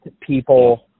people